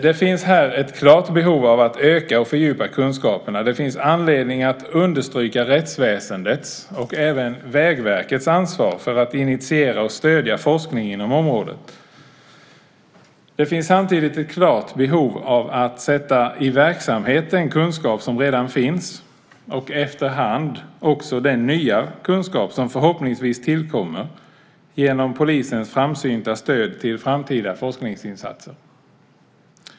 Det finns här ett klart behov av att öka och fördjupa kunskaperna. Det finns anledning att understryka rättsväsendets och även Vägverkets ansvar för att initiera och stödja forskning inom området. Det finns samtidigt ett klart behov av att sätta i verket den kunskap som redan finns, efterhand också den nya kunskap som förhoppningsvis tillkommer genom polisens framsynta stöd till framtida forskningsinsatser.